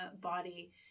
body